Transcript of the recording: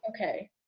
Okay